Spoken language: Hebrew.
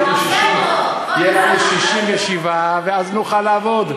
יהיו לנו 67 ואז נוכל לעבוד.